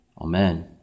Amen